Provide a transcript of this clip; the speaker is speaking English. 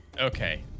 Okay